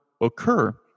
occur